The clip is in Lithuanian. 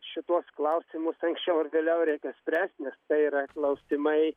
šituos klausimus anksčiau ar vėliau reikia spręst nes tai yra klausimai